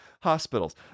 Hospitals